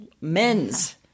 Men's